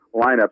lineup